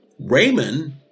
Raymond